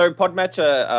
ah podmatcher,